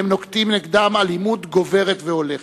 והם נוקטים נגדם אלימות גוברת והולכת.